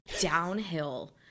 downhill